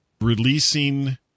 releasing